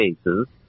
cases